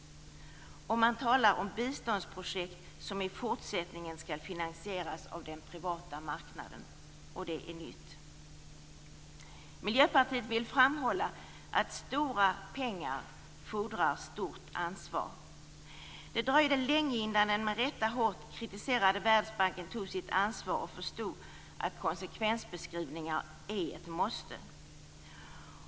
Man talar om biståndsprojekt som i fortsättningen skall finansieras av den privata marknaden, och det är nytt. Miljöpartiet vill framhålla att stora pengar fordrar stort ansvar. Det dröjde länge innan den med rätta hårt kritiserade Världsbanken tog sitt ansvar och förstod att konsekvensbeskrivningar är ett måste.